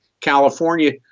California